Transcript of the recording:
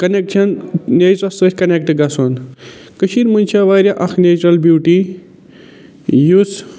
connection نٮ۪چرَس سۭتۍ connect گژھُن کٔشیٖرِ منٛز چھےٚ واریاہ اَکھ نٮ۪چٕرَل بیوٗٹی یُس